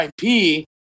vip